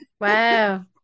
Wow